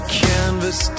canvas